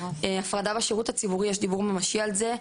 הפרדה בשירות הציבורי, יש דיבור ממשי על זה.